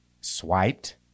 swiped